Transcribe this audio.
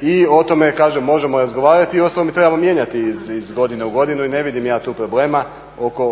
i o tome možemo razgovarati i uostalom trebamo mijenjati iz godine u godinu i ne vidim ja tu problema